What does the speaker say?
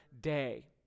day